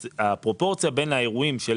אז הפרופורציה בין האירועים של